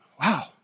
wow